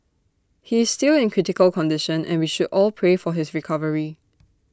he is still in critical condition and we should all pray for his recovery